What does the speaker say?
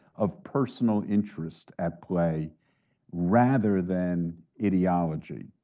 of personal interest at play rather than ideology.